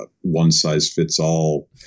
one-size-fits-all